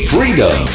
Freedom